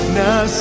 now